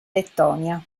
lettonia